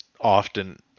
often